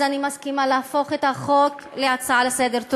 אני מסכימה להפוך את הצעת החוק להצעה לסדר-היום.